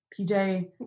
pj